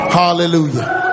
hallelujah